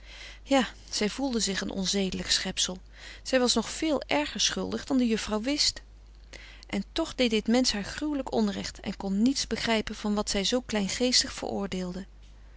ja zij voelde zich een onzedelijk schepsel zij was nog veel erger schuldig dan de juffrouw wist en toch deed frederik van eeden van de koele meren des doods dit mensch haar gruwelijk onrecht en kon niets begrijpen van wat zij zoo kleingeestig veroordeelde